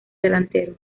delantero